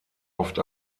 oft